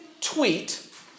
Tweet